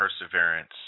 perseverance